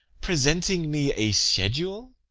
presenting me a schedule!